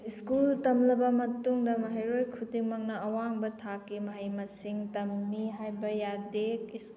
school ꯇꯝꯂꯕ ꯃꯇꯨꯡꯗ ꯃꯍꯩꯔꯣꯏ ꯈꯨꯗꯤꯡꯃꯛꯅ ꯑꯋꯥꯡꯕ ꯊꯥꯛꯀꯤ ꯃꯍꯩ ꯃꯁꯤꯡ ꯇꯝꯃꯤ ꯍꯥꯏꯕ ꯌꯥꯗꯦ